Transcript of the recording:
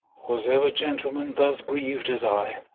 was ever gentleman thus griev'd as i?